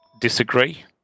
disagree